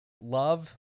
love